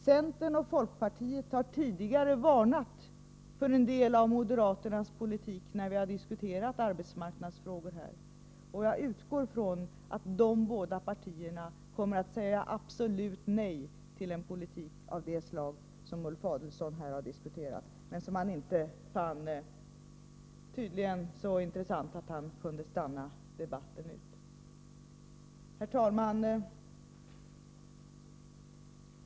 Centern och folkpartiet har tidigare varnat för en del av moderaternas politik — Nr 130 när vi har diskuterat arbetsmarknadsfrågor, och jag utgår från att dessa båda partier kommer att säga absolut nej till en politik av det slag som Ulf Adelsohn här har diskuterat, men som han tydligen inte fann så intressant att han kunde stanna tills debatten slutat. Herr talman!